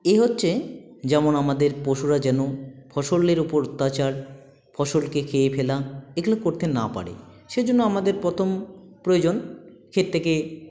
এই হচ্ছে যেমন আমাদের পশুরা যেন ফসলের ওপর অত্যাচার ফসলকে খেয়ে ফেলা এগুলো করতে না পারে সেই জন্য আমাদের প্রথম প্রয়োজন ক্ষেত থেকে